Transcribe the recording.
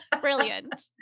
Brilliant